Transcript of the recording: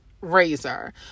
razor